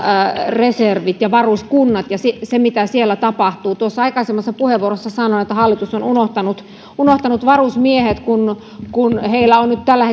reservit ja varuskunnat ja se mitä siellä tapahtuu tuossa aikaisemmassa puheenvuorossani sanoin että hallitus on unohtanut unohtanut varusmiehet heillä on on nyt tällä